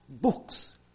books